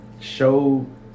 show